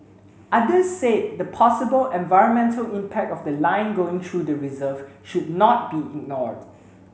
others said the possible environmental impact of the line going through the reserve should not be ignored